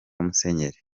musenyeri